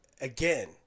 again